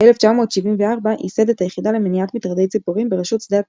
ב-1974 ייסד את "היחידה למניעת מטרדי ציפורים" ברשות שדות התעופה,